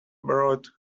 brought